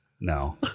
No